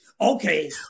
Okay